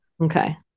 Okay